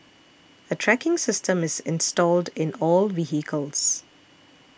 a tracking system is installed in all vehicles